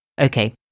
Okay